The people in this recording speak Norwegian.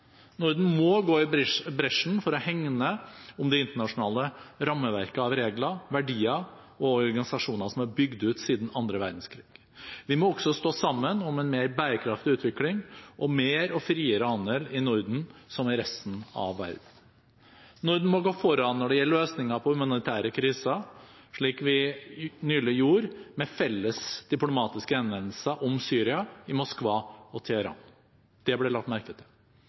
Norden må gå i bresjen for å hegne om det internasjonale rammeverket av regler, verdier og organisasjoner som er bygget ut siden andre verdenskrig. Vi må også stå sammen om en mer bærekraftig utvikling og mer og friere handel i Norden som i resten av verden. Norden må gå foran når det gjelder løsningen på humanitære kriser, slik vi nylig gjorde med felles diplomatiske henvendelser om Syria i Moskva og Teheran. Det ble lagt merke til.